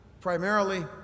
primarily